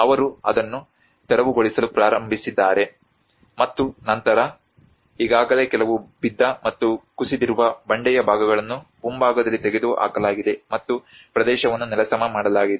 ಅವರು ಅದನ್ನು ತೆರವುಗೊಳಿಸಲು ಪ್ರಾರಂಭಿಸಿದ್ದಾರೆ ಮತ್ತು ನಂತರ ಈಗಾಗಲೇ ಕೆಲವು ಬಿದ್ದ ಮತ್ತು ಕುಸಿದಿರುವ ಬಂಡೆಯ ಭಾಗಗಳನ್ನು ಮುಂಭಾಗದಲ್ಲಿ ತೆಗೆದುಹಾಕಲಾಗಿದೆ ಮತ್ತು ಪ್ರದೇಶವನ್ನು ನೆಲಸಮ ಮಾಡಲಾಗಿದೆ